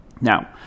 Now